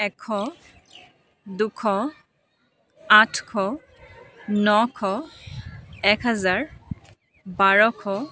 এশ দুশ আঠশ নশ এক হাজাৰ বাৰশ